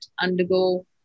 undergo